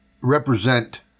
represent